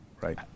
right